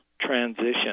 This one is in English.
transition